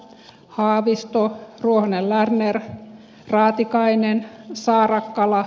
haavisto ruohonen lerner raatikainen saarakkala